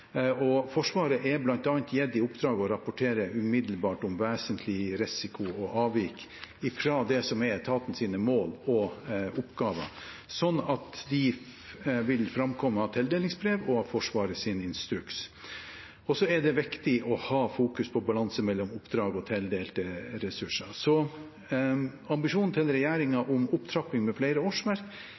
og Forsvaret er bl.a. gitt i oppdrag å rapportere umiddelbart om vesentlig risiko og avvik fra det som er etatens mål og oppgaver, slik at de vil framkomme av tildelingsbrev og av Forsvarets instruks. Det er også viktig å fokusere på balanse mellom oppdrag og tildelte ressurser. Ambisjonen til regjeringen om opptrapping med flere årsverk